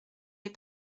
les